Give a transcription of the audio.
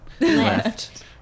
left